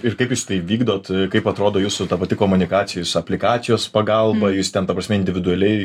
ir kaip jūs tai vykdot kaip atrodo jūsų ta pati komunikacijos aplikacijos ten ta prasme individualiai